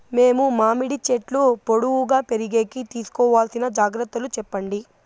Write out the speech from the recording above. మేము మామిడి చెట్లు పొడువుగా పెరిగేకి తీసుకోవాల్సిన జాగ్రత్త లు చెప్పండి?